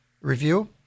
Review